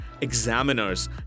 examiners